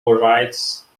writes